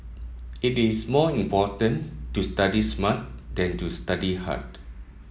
it is more important to study smart than to study hard